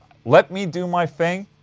let me do my thing,